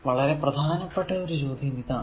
വളരെ പ്രധാനപ്പെട്ട ഒരു ചോദ്യം ഇതാണ്